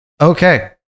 Okay